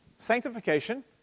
Sanctification